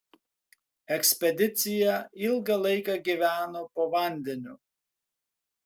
ekspedicija ilgą laiką gyveno po vandeniu